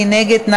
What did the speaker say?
מי נגד?